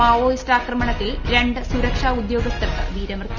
Maoist ആക്രമണത്തിൽ രണ്ട് സുരക്ഷാ ഉദ്യോഗസ്ഥർക്ക് വീരമൃത്യു